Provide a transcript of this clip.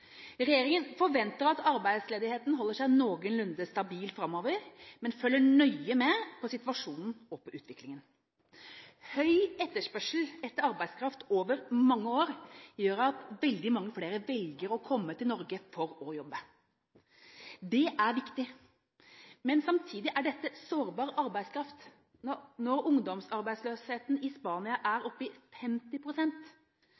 Regjeringen forventer at arbeidsledigheten holder seg noenlunde stabil framover, men følger nøye med på situasjonen og på utviklingen. Høy etterspørsel etter arbeidskraft over mange år gjør at veldig mange flere velger å komme til Norge for å jobbe. Det er viktig, men samtidig er dette sårbar arbeidskraft. Når ungdomsarbeidsløsheten i Spania er